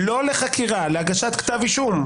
לא לחקירה; להגשת כתב אישום.